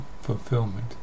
fulfillment